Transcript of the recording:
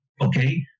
okay